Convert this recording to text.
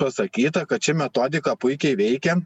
pasakyta kad ši metodika puikiai veikia